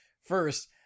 first